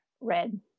red